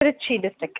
Trichy district